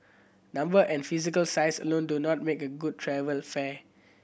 number and physical size alone do not make a good travel fair